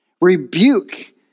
Rebuke